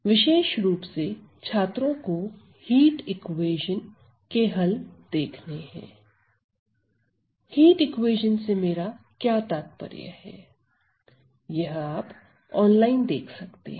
विशेष रुप से छात्रों को हीट इक्वेशन के हल देखने है हीट इक्वेशन से मेरा क्या तात्पर्य है यह आप ऑनलाइन देख सकते हैं